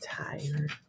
tired